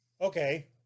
okay